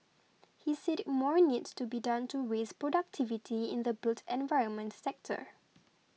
he said more needs to be done to raise productivity in the built environment sector